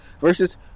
versus